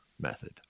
method